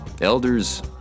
elders